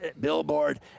billboard